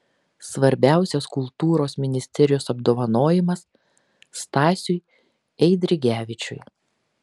svarbiausias kultūros ministerijos apdovanojimas stasiui eidrigevičiui